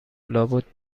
لابد